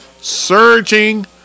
surging